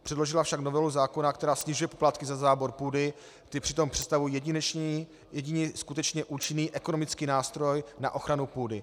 Předložila však novelu zákona, která snižuje poplatky za zábor půdy, ty přitom představují jedinečný, jedině skutečně účinný ekonomický nástroj na ochranu půdy.